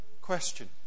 question